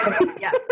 Yes